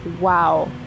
wow